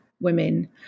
women